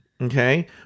okay